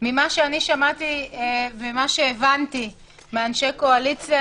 ממה שאני שמעתי וממה שהבנתי מאנשי קואליציה,